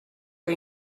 que